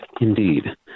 Indeed